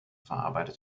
verarbeitet